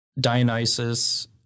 Dionysus